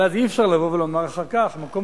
אבל אז אי-אפשר לבוא ולומר אחר כך: מקום